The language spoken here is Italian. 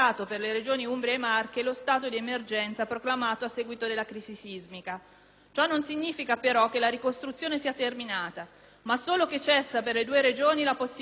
Ciò non significa però che la ricostruzione sia terminata, ma solo che cessa per le due Regioni la possibilità di usufruire degli istituti normativi particolari previsti per gli stati di emergenza.